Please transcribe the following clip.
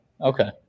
okay